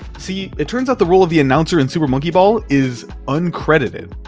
see, it turns out the role of the announcer in super monkey ball is uncredited.